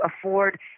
afford